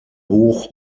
hoch